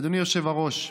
אדוני היושב-ראש,